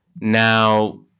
Now